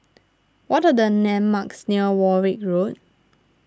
what are the landmarks near Warwick Road